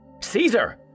Caesar